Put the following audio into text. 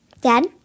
Dad